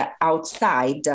outside